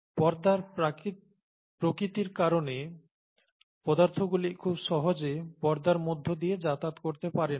পর্দার প্রকৃতির কারণে পদার্থগুলি খুব সহজে পর্দার মধ্য দিয়ে যাতায়াত করতে পারে না